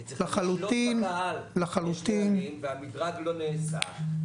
היא צריכה לשלוט בקהל --- והמדרג לא נעשה,